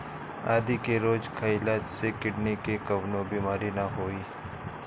आदि के रोज खइला से किडनी के कवनो बीमारी ना होई